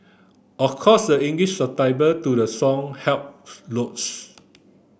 of course the English to the song helped loads